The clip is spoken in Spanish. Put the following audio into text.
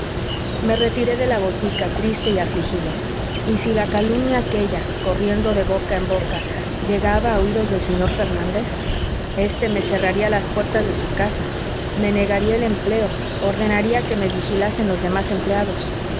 me retiré de la botica triste y afligido y si la calumnia aquella corriendo de boca en boca llegaba a oídos del señor fernández este me cerraría las puertas de su casa me negaría el empleo ordenaría que me vigilasen los demás empleados